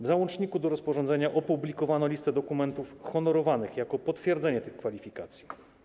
W załączniku do rozporządzenia opublikowano listę dokumentów honorowanych jako potwierdzenie tych kwalifikacji.